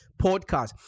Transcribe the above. podcast